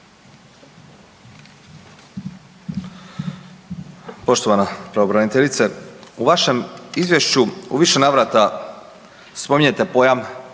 Poštovana pravobraniteljice, u vašem izvješću u više navrata spominjete pojam